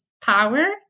power